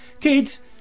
Kids